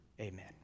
amen